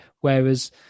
whereas